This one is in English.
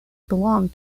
belong